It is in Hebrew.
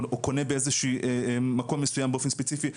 או קונה באיזה שהוא מקום מסוים באופן ספציפי.